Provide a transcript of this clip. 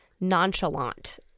nonchalant